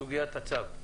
בסוגיית הצו.